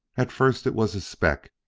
at first it was a speck,